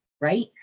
Right